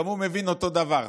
גם הוא מבין אותו דבר,